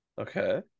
okay